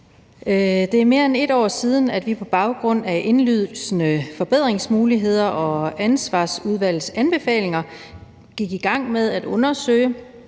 Det er mere end et år siden, at vi på baggrund af indlysende forbedringsmuligheder og Ansvarudvalgets anbefalinger gik i gang med at undersøge,